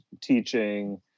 teaching